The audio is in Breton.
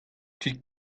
tud